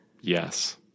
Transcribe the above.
Yes